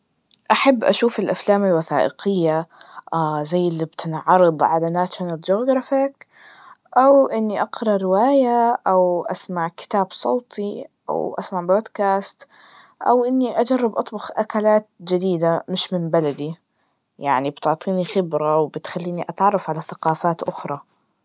أحب أشوف الأفلام الوثائقية, زي اللي بتنعرض على ناشونال جوجرافيك, أو إني أقرأ رواية, أو أسمع كتاب صوتي, أو أسمع بودكاست, أو إني أجرب أطبخ أكلات جديدة مش من بلدي, يعني بتعطيني خبرة وبتخليني أتعرف على ثقافات أخرى.